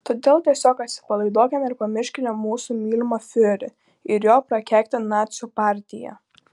todėl tiesiog atsipalaiduokime ir pamirškime mūsų mylimą fiurerį ir jo prakeiktą nacių partiją